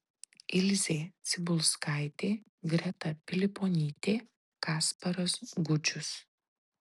ilzė cibulskaitė greta piliponytė kasparas gudžius